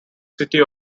city